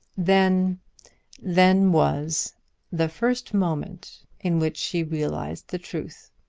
then then was the first moment in which she realized the truth.